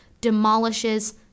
demolishes